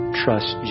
trust